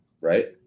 right